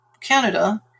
Canada